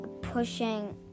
pushing